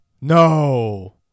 No